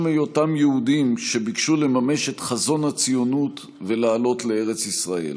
היותם יהודים שביקשו לממש את חזון הציונות ולעלות לארץ ישראל.